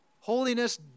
Holiness